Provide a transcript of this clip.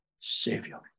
Savior